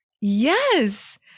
yes